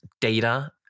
data